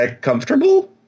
comfortable